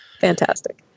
Fantastic